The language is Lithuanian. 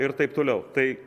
ir taip toliau tai